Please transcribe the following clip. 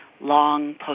long